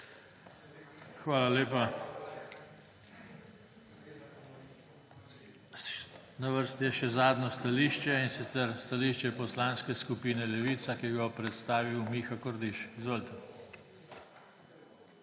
Hvala lepa. Na vrsti je še zadnje stališče, in sicer stališče Poslanske skupine Levica, ki ga bo predstavil Miha Kordiš. Izvolite.